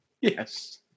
Yes